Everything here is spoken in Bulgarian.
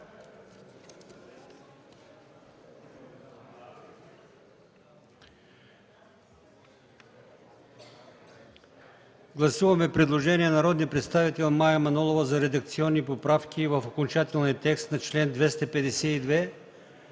Гласуваме предложение на народния представител Мая Манолова за редакционни поправки в окончателния текст на чл. 252